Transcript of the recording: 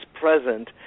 present